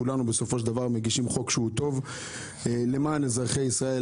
כולנו בסופו של דבר מגישים חוק שהוא טוב למען אזרחי ישראל,